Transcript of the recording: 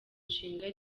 nshinga